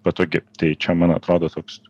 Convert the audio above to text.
patogi tai čia man atrodo toks